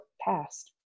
passed